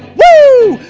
woo